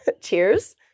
Cheers